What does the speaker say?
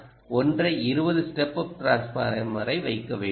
1 ஐ 20 step up டிரான்ஸ்பார்மரை வைக்க வேண்டுமா